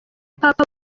papa